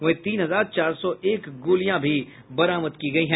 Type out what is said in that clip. वहीं तीन हजार चार सौ एक गोलियां भी बरामद की गयी है